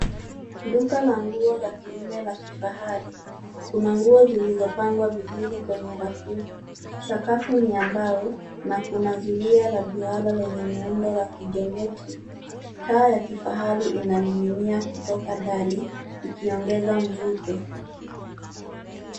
Duka la nguo za kiume la kifahari. Kuna nguo zilizopangwa vizuri kwenye rafu. Sakafu ni ya mbao na kuna zulia la duara lenye muundo wa kijiometri. Taa ya kifahari inaning'inia kutoka dari ikiongeza mvuto.